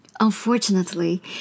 Unfortunately